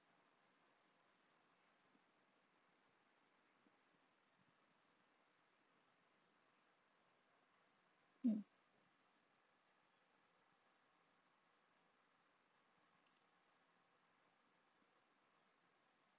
mm